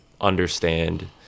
understand